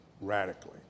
radically